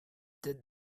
did